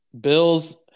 Bills